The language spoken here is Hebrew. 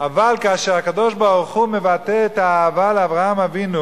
אבל כאשר הקדוש-ברוך-הוא מבטא את האהבה לאברהם אבינו